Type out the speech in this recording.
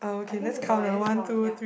I think that's the why let's count ya